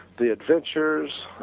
the adventures,